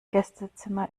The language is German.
gästezimmer